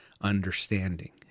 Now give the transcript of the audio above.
understanding